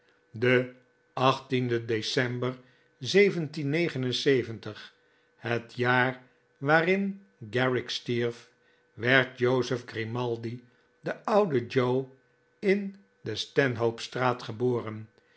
de de december het jaar waarin garrick stierf werd jozef grimaldi de oude joe in de stanhope straat geboren